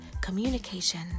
communication